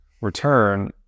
return